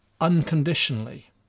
unconditionally